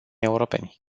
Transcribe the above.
europeni